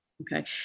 okay